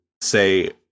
say